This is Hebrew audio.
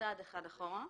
נלך צעד אחד אחורה.